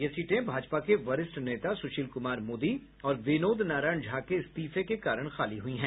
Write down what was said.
ये सीटें भाजपा के वरिष्ठ नेता सुशील कुमार मोदी और विनोद नारायण झा के इस्तीफे के कारण खाली हुई हैं